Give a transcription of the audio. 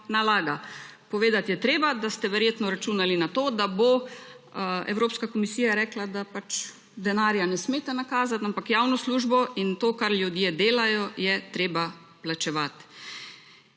nalaga. Povedati je treba, da ste verjetno računali na to, da bo Evropska komisija rekla, da pač denarja ne smete nakazat, ampak javno službo in to, kar ljudje delajo, je treba plačevati.